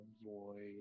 avoid